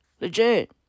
Legit